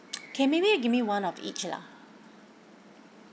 okay maybe you give me one of each lah